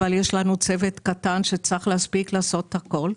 אבל יש לנו צוות קטן שצריך להספיק לעשות הכול.